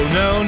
no